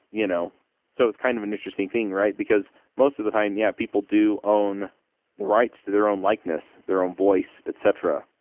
you know so it's kind of an interesting thing, because most of the time, yeah, people do own the rights to their own likeness, their own voice, etc.